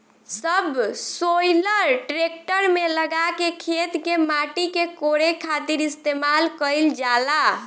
subsoiler tractor में लगा के खेत के माटी के कोड़े खातिर इस्तेमाल कईल जाला